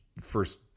first